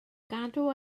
gadw